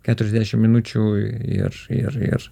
keturiasdešim minučių ir ir ir